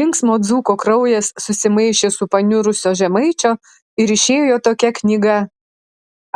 linksmo dzūko kraujas susimaišė su paniurusio žemaičio ir išėjo tokia knyga